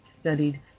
studied